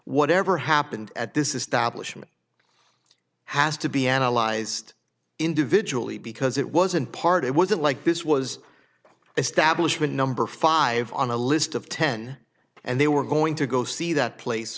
whatever happened at this establishment has to be analyzed individually because it was in part it wasn't like this was establishment number five on a list of ten and they were going to go see that place